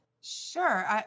Sure